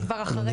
אני כבר אחרי.